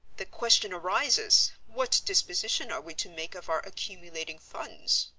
the question arises, what disposition are we to make of our accumulating funds?